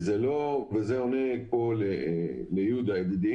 חובתו של היבואן שהביא רכב משומש